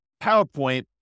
PowerPoint